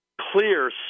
clear